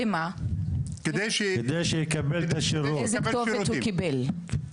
איזה כתובת הוא קיבל?